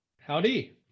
Howdy